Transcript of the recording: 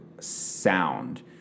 sound